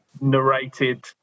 narrated